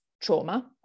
trauma